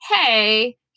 Hey